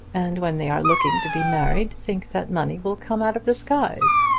and when they are looking to be married think that money will come out of the skies.